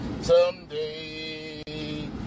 Someday